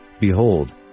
Behold